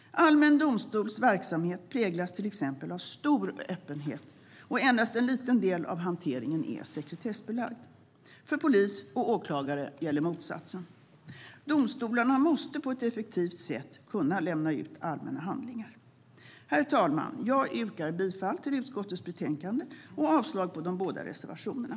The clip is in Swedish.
Allmän domstols verksamhet präglas till exempel av stor öppenhet och endast en liten del av hanteringen är sekretessbelagd. För polis och åklagare gäller motsatsen. Domstolarna måste på ett effektivt sätt kunna lämna ut allmänna handlingar. Herr talman! Jag yrkar bifall till utskottets förslag i betänkandet och avslag på de båda reservationerna.